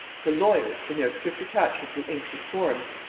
her lawyers, from their strict attachment to ancient forms,